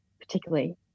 particularly